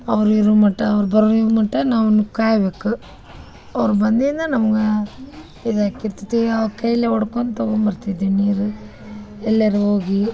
ಅವ್ರು ಇರುವ ಮಟ ಅವ್ರು ಬರುವ ಮಟ ನಾವು ಅವ್ನ ಕಾಯಬೇಕು ಅವ್ರು ಬಂದಿದ್ದು ನಮ್ಗೆ ಇದಾಕಿರ್ತೈತಿ ಅವ್ರ ಕೈಯಲ್ಲೇ ಒಡ್ಕೊಂಡ್ ತಗೊಂಡ್ಬರ್ತಿದ್ವಿ ನೀರು ಎಲ್ಯಾರೂ ಹೋಗಿ